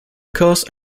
course